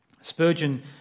Spurgeon